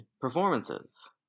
performances